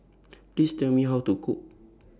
Please Tell Me How to Cook